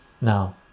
Now